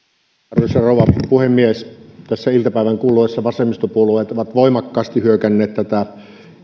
arvoisa rouva puhemies tässä iltapäivän kuluessa vasemmistopuolueet ovat voimakkaasti hyökänneet tätä